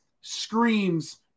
screams